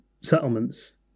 settlements